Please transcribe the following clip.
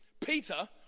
Peter